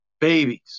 babies